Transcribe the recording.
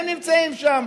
הם נמצאים שם.